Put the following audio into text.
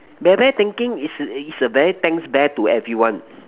bear bear thanking is is a very thanks bear to everyone